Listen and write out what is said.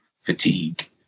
fatigue